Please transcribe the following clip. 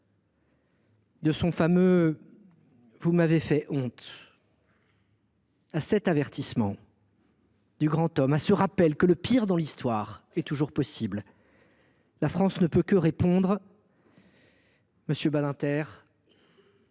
de son fameux :« Vous m’avez fait honte !» À cet avertissement du grand homme, à ce rappel que le pire dans l’Histoire est toujours possible, la France ne peut que répondre :« Monsieur Badinter,